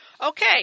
Okay